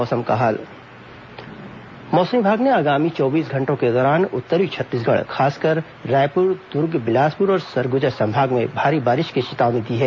मौसम मौसम विभाग ने आगामी चौबीस घंटों के दौरान उत्तरी छत्तीसगढ़ खासकर रायपुर दुर्ग बिलासपुर और सरगुजा संभाग में भारी बारिश की चेतावनी दी है